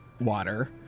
water